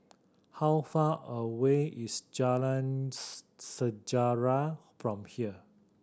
how far away is Jalan Sejarah from here